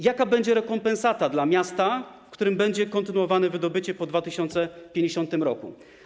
Jaka będzie rekompensata dla miasta, w którym będzie kontynuowane wydobycie po 2050 r.